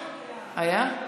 היה?